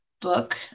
book